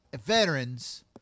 veterans